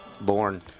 born